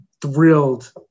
thrilled